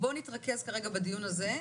בואו נתרכז כרגע בדיון הזה,